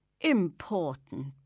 important